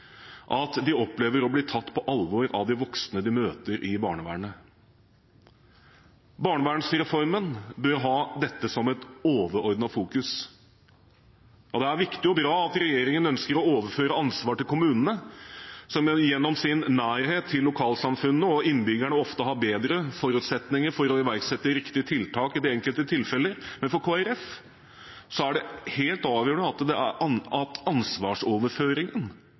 av de voksne de møter i barnevernet. Barnevernsreformen bør ha dette som et overordnet fokus. Det er viktig og bra at regjeringen ønsker å overføre ansvaret til kommunene, som gjennom sin nærhet til lokalsamfunnet og innbyggerne ofte har bedre forutsetninger for å iverksette riktige tiltak i de enkelte tilfeller. For Kristelig Folkeparti er det helt avgjørende at ansvarsoverføringen ikke blir et mål i seg selv, men at man hele tiden har barnets beste som en ledestjerne i dette arbeidet. Derfor er det